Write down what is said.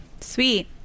Sweet